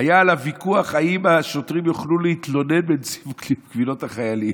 היה עליו ויכוח אם השוטרים יוכלו להתלונן בנציבות קבילות החיילים.